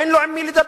אין לו עם מי לדבר.